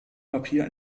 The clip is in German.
papier